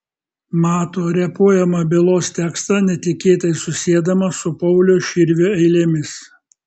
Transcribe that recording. mato repuojamą bylos tekstą netikėtai susiedamas su pauliaus širvio eilėmis